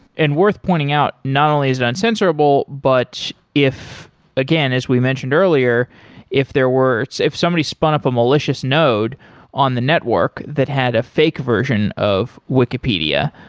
and worth pointing out not only is it uncensorable, but if again, as we mentioned earlier if there were if somebody spun up a malicious node on the network that had a fake version of wikipedia,